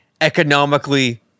economically